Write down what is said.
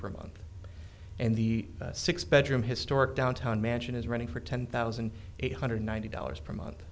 per month and the six bedroom historic downtown mansion is running for ten thousand eight hundred ninety dollars per month